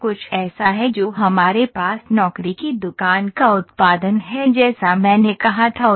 यह कुछ ऐसा है जो हमारे पास नौकरी की दुकान का उत्पादन है जैसा मैंने कहा था